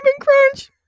Crunch